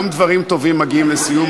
גם דברים טובים מגיעים לסיום,